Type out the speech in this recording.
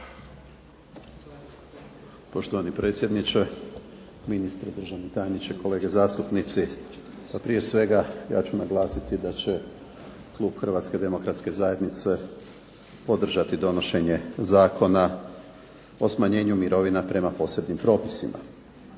Poštovani predsjedniče, ministre, državni tajniče, kolege zastupnici. Pa prije svega ja ću naglasiti da će klub HDZ-a podržati donošenje Zakona o smanjenju mirovina prema posebnim propisima.